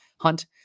Hunt